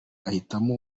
ahitamo